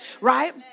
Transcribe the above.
Right